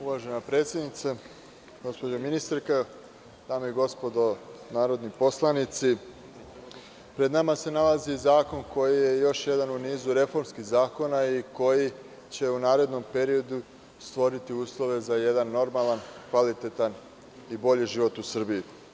Uvažena predsednice, gospođo ministarka, dame i gospodo narodni poslanici, pred nama se nalazi i zakon koji je još jedan u nizu reformskih zakona i koji će u narednom periodu stvoriti uslove za jedan normalan, kvalitetan i bolji život u Srbiji.